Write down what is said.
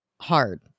hard